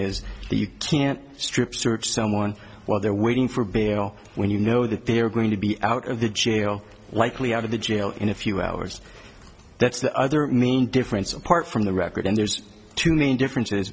is that you can't strip search someone while they're waiting for bail when you know that they are going to be out of the jail likely out of the jail in a few hours that's the other main difference apart from the record and there's two main differences